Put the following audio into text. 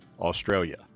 Australia